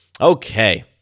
Okay